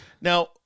Now